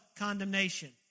condemnation